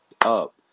up